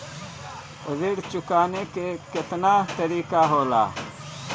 ऋण चुकाने के केतना तरीका होला?